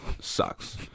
sucks